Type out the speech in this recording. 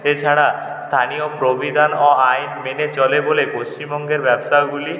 এছাড়া স্থানীয় প্রবিধান ও আইন মেনে চলে বলে পশ্চিমবঙ্গের ব্যবসাগুলি